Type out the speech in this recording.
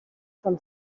from